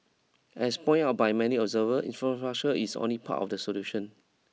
as point out by many observers is only part of the solution